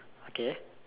okay